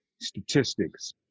statistics